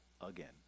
again